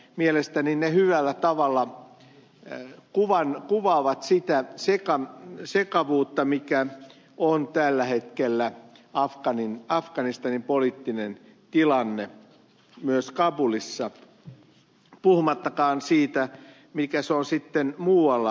mielestäni ne hyvällä tavalla kuvaavat sitä sekavuutta mikä on tällä hetkellä afganistanin poliittinen tilanne myös kabulissa puhumattakaan siitä mikä se on sitten muualla afganistanissa